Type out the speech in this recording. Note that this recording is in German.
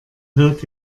hört